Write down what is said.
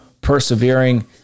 persevering